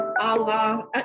Allah